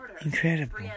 Incredible